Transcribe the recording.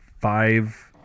five